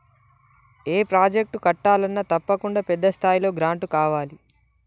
ఏ project కట్టాలన్నా తప్పకుండా పెద్ద స్థాయిలో గ్రాంటు కావాలి